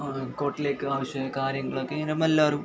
കോർട്ടിലേക്ക് ആവശ്യമായ കാര്യങ്ങളൊക്കെ ഇങ്ങനെ എല്ലാവരും